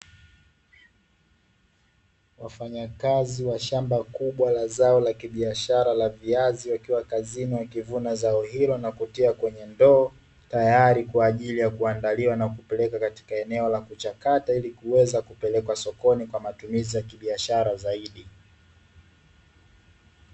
Wafanyakazi wa shamba kubwa la zao la kibiashara la viazi wakiwa kazini wakivuna zao hilo na kutia kwenye ndoo, tayari kwa ajili ya kuandaliwa na kupelekwa katika eneo la kuchakata ili kuweza kupelekwa sokoni kwa matumizi ya kibiashara zaidi.